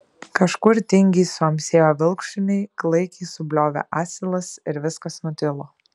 kažkur tingiai suamsėjo vilkšuniai klaikiai subliovė asilas ir viskas nutilo